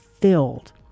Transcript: filled